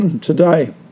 today